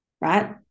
right